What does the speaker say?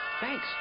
Thanks